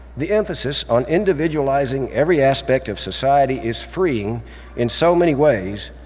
the emphasis on individualizing every aspect of society is freeing in so many ways,